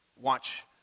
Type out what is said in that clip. watch